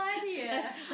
idea